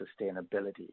sustainability